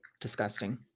disgusting